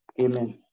Amen